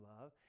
love